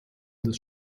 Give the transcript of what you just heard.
des